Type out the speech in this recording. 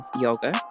yoga